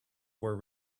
were